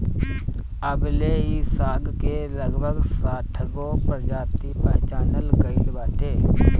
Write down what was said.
अबले इ साग के लगभग साठगो प्रजाति पहचानल गइल बाटे